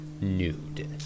nude